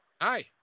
hi